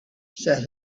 said